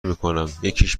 میکنم، یکیش